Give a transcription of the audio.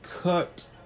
cut